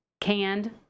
canned